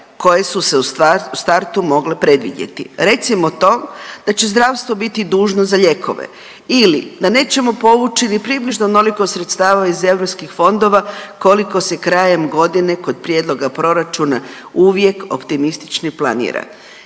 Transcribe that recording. koje su se u startu mogle predvidjeti. Recimo to da će zdravstvo biti dužno za lijekove ili da nećemo povući ni približno onoliko sredstava iz EU fondova koliko se krajem godine kod prijedloga proračuna uvijek optimistično planira.